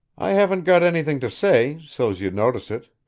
i haven't got anything to say, so's you'd notice it,